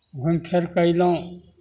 घुमि फिरि कऽ अयलहुँ